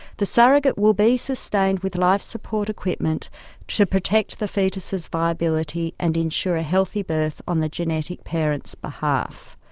the surrogate will be sustained with life support equipment to protect the foetus's viability and ensure a healthy birth on the genetic parents' behalf.